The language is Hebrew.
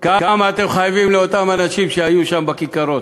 כמה אתם חייבים לאותם אנשים שהיו שם בכיכרות.